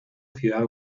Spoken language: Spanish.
ciudad